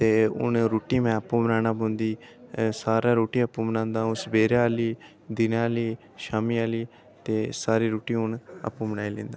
ते हून रुट्टी में आपूं बनाना पौंदी सारा रुट्टी आपूं बनांदा अ'ऊं सबेरे आह्ले दिनै आह्ली शामीं आह्ली ते सारी रुट्टी हून आपूं बनाई लैंदा